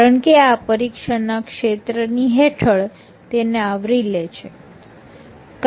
કારણકે આ પરિક્ષણના ક્ષેત્ર ની હેઠળ તેને આવરી લે છે